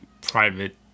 private